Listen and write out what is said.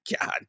god